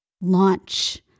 launch